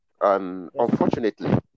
unfortunately